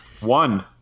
one